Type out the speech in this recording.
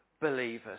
believers